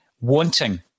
wanting